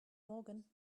morgan